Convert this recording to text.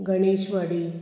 Ganeshwadi